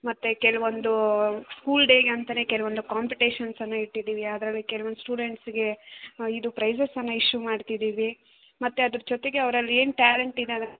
ಮತ್ತೆ ಕೆಲವೊಂದು ಸ್ಕೂಲ್ ಡೇಗೆ ಅಂತಾನೆ ಕೆಲವೊಂದು ಕಾಂಪಿಟೇಷನ್ಸನ್ನು ಇಟ್ಟಿದೀವಿ ಅದರಲ್ಲಿ ಕೆಲವೊಂದು ಸ್ಟೂಡೆಂಟ್ಸ್ಗೆ ಇದು ಪ್ರೈಸಸನ್ನು ಇಶ್ಯೂ ಮಾಡ್ತಿದ್ದೀವಿ ಮತ್ತೆ ಅದರ ಜೊತೆಗೆ ಅವರಲ್ಲಿ ಏನು ಟ್ಯಾಲೆಂಟ್ ಇದೆ